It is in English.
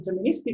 deterministic